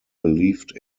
believed